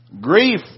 Grief